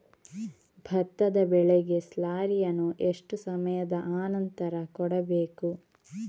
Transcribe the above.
ಭತ್ತದ ಬೆಳೆಗೆ ಸ್ಲಾರಿಯನು ಎಷ್ಟು ಸಮಯದ ಆನಂತರ ಕೊಡಬೇಕು?